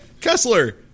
kessler